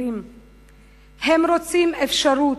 הם רוצים אפשרות,